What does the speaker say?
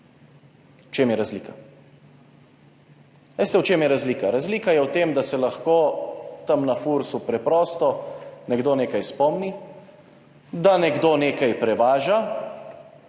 V čem je razlika? Veste, v čem je razlika? Razlika je v tem, da se lahko tam na Fursu preprosto nekdo spomni, da nekdo nekaj prevaža